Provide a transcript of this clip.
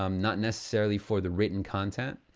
um not necessarily for the written content.